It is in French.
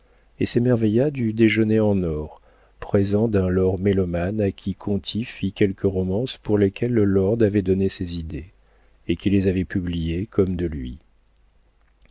et s'émerveilla du déjeuner en or présent d'un lord mélomane à qui conti fit quelques romances pour lesquelles le lord avait donné ses idées et qui les avait publiées comme de lui